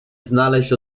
znaleźć